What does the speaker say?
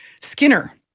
Skinner